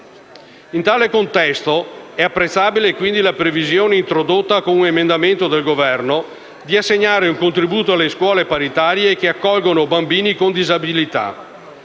In tale contesto è apprezzabile, quindi, la previsione introdotta con un emendamento del Governo di assegnare un contributo alle scuole paritarie che accolgono bambini con disabilità.